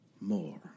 more